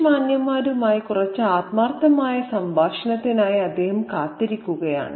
English മാന്യന്മാരുമായി കുറച്ച് ആത്മാർത്ഥമായ സംഭാഷണത്തിനായി അദ്ദേഹം കാത്തിരിക്കുകയാണ്